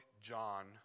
John